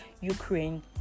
Ukraine